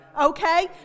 okay